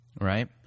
Right